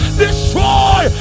destroy